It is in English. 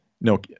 No